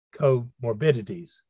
comorbidities